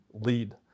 lead